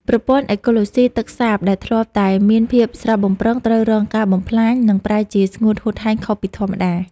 ប្រព័ន្ធអេកូឡូស៊ីទឹកសាបដែលធ្លាប់តែមានភាពស្រស់បំព្រងត្រូវរងការបំផ្លាញ និង ប្រែជាស្ងួតហួតហែងខុសពីធម្មតា។